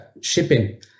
shipping